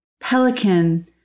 Pelican